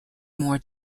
more